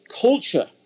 culture